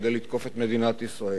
כדי לתקוף את מדינת ישראל,